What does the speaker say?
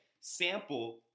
sample